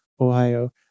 Ohio